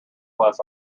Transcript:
class